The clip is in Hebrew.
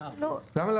את